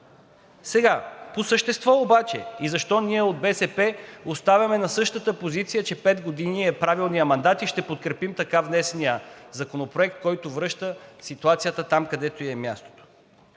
Сега по същество обаче и защо ние от БСП оставаме на същата позиция, че пет години е правилният мандат, и ще подкрепим така внесения законопроект, който връща ситуацията там, където ѝ е мястото.